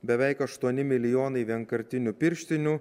beveik aštuoni milijonai vienkartinių pirštinių